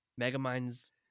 Megamind's